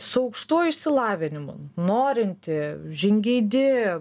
su aukštuoju išsilavinimu norinti žingeidi